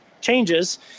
changes